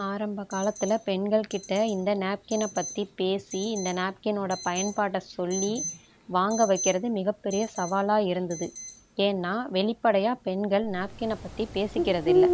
ஆரம்ப காலத்தில் பெண்கள் கிட்ட இந்த நேப்கின்னை பற்றி பேசி இந்த நேப்கின்னோட பயன்பாட்டை சொல்லி வாங்க வைக்கிறது மிகப்பெரிய சவாலாக இருந்துது ஏன்னால் வெளிப்படையாக பெண்கள் நேப்கின்னை பற்றி பேசிக்கிறதில்ல